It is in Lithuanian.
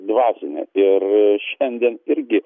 dvasinę ir šiandien irgi